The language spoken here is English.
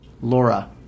Laura